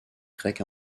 grecs